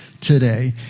Today